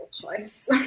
choice